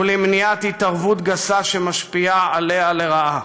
ולמניעת התערבות גסה שמשפיעה עליה לרעה.